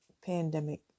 pandemic